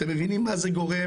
אתם מבינים מה זה גורם,